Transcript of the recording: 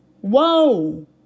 Whoa